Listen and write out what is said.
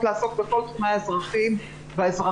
לעסוק בכל תחומי האזרחים והאזרחיות,